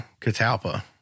Catalpa